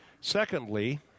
Secondly